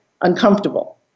uncomfortable